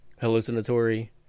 hallucinatory